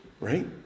Right